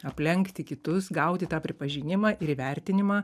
aplenkti kitus gauti tą pripažinimą ir įvertinimą